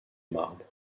marbre